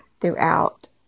throughout